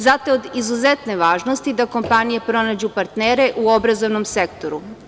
Zato je od izuzetne važnosti da kompanije pronađu partnere u obrazovnom sektoru.